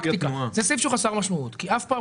בפרקטיקה זה סעיף שהוא חסר משמעות כי אף פעם